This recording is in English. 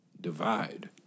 Divide